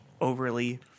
overly